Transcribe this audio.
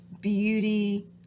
beauty